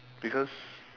because